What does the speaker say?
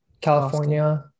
California